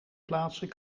plaatsen